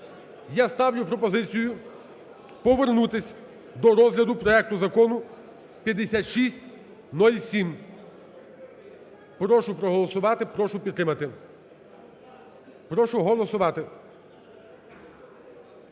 Я ставлю пропозицію повернутись до розгляду проекту закону 5607. Прошу проголосувати. Прошу підтримати. Прошу голосувати.